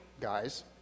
guys